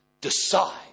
decide